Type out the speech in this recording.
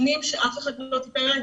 שנים שאף אחד לא טיפל בי.